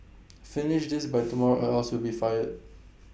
finish this by tomorrow or else you'll be fired